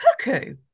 cuckoo